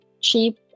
cheap